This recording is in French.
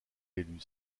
élu